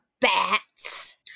bats